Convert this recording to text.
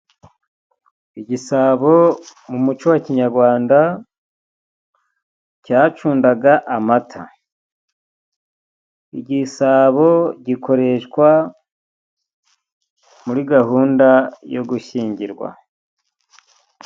Igisabo mu umuco wa kinyarwanda cyacundaga amata .Igisabo gikoreshwa muri gahunda yo gushyingirwa.